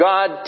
God